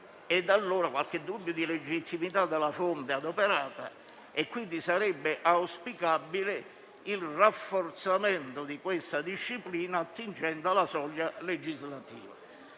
alimenta qualche dubbio di legittimità della fonte adoperata. Sarebbe quindi auspicabile il rafforzamento di questa disciplina, attingendo alla soglia legislativa.